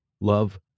love